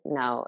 no